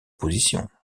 position